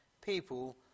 people